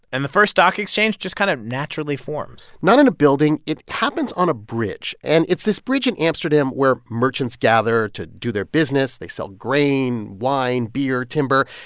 and the first stock exchange just kind of naturally forms not in a building it happens on a bridge. and it's this bridge in amsterdam where merchants gather to do their business. they sell grain, wine, beer, timber.